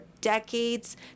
decades